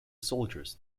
soldiers